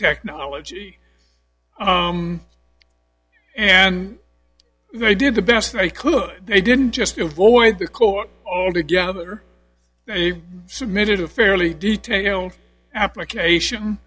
technology and they did the best they could they didn't just avoid the court altogether they submitted a fairly detailed application